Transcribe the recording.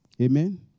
Amen